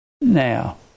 Now